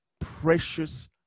precious